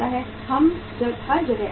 हर जगह ऐसा होता है